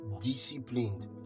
disciplined